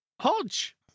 Hodge